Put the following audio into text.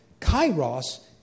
Kairos